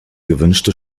gewünschte